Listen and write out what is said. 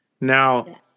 Now